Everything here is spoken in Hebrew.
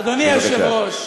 אדוני היושב-ראש,